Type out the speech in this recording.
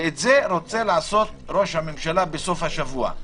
ואת זה רוצה לעשות ראש הממשלה בסוף השבוע.